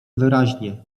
wyraźnie